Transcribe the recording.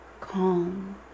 calm